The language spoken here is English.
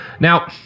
Now